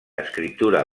escriptura